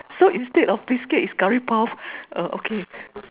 so instead of biscuit is Curry puff err okay